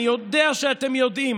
אני יודע שאתם יודעים,